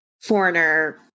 foreigner